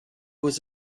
was